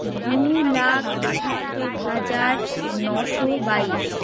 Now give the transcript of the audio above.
দুলাখ আটাত্তর হাজার নশো বাইশ